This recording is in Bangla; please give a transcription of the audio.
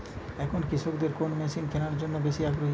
এখন কৃষকদের কোন মেশিন কেনার জন্য বেশি আগ্রহী?